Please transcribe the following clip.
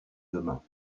demain